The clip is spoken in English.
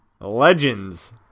Legends